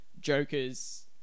Joker's